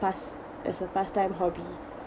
pas~ as a pastime hobby